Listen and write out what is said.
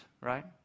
right